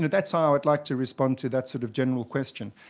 that's how i would like to respond to that sort of general question.